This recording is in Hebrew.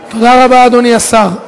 תודה רבה, אדוני השר.